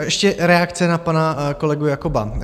Ještě reakce na pana kolegu Jakoba.